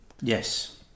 Yes